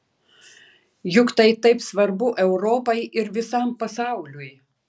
juk tai taip svarbu europai ir visam pasauliui